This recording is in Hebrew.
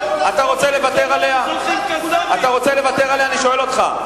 אתה רוצה לוותר עליה, אני שואל אותך.